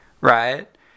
right